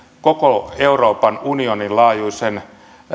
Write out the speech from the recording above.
koko euroopan unionin laajuisen